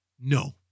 no